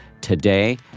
today